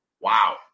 Wow